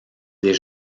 des